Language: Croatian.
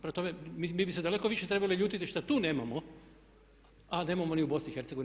Prema tome, mi bi se daleko više trebali ljutiti šta tu nemamo, a nemamo ni u BiH.